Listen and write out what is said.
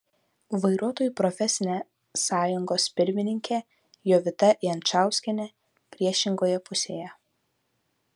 vairuotojų profesinė sąjungos pirmininkė jovita jančauskienė priešingoje pusėje